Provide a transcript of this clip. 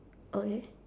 okay